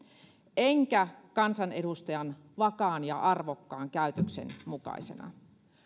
enkä kansanedustajan vakaan ja arvokkaan käytöksen mukaisena